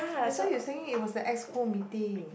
that's why you're saying it was a Exco meeting